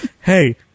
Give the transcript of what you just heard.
Hey